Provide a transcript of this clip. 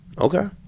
Okay